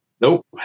Nope